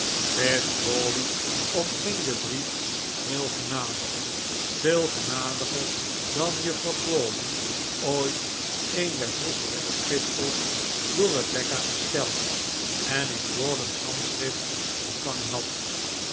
crawley ontving den brief heel genadig veel genadiger dan juffrouw crawley ooit een der vroegere epistels door rebecca gesteld en in rawdon's handschrift ontvangen had